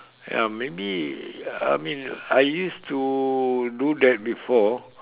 ya maybe I mean I used to do that before